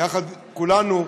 יחד עם כולנו,